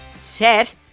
set